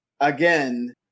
again